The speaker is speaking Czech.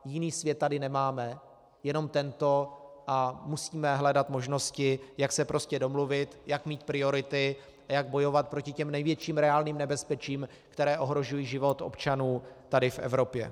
Jiný svět tady nemáme, jenom tento a musíme hledat možnosti, jak se prostě domluvit, jaké mít priority a jak bojovat proti těm největším reálným nebezpečím, která ohrožují život občanů tady v Evropě.